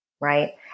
right